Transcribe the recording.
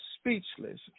speechless